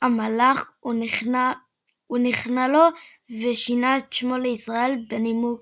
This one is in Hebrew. המלאך הוא נכנע לו ושינה את שמו לישראל בנימוק